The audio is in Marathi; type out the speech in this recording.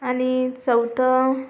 आणि चौथं